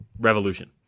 Revolution